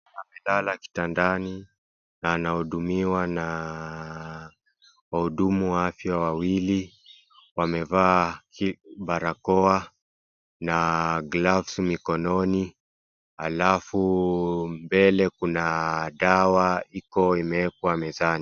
Amelala kitandani na anahudumiwa na wahudumu wa afya wawili wamevaa barakoa na gloves mikononi alafu mbele kuna dawa iko imewekwa mezani.